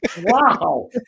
Wow